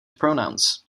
pronouns